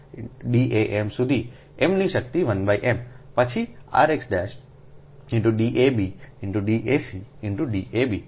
D amસુધી m નીશક્તિ 1 m પછી r x × D ab × D ac × D ab